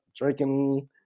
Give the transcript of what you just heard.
drinking